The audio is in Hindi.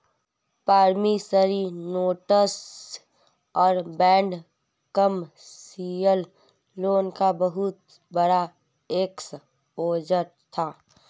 प्रॉमिसरी नोट्स और बैड कमर्शियल लोन का बहुत बड़ा एक्सपोजर था